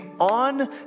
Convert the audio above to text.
on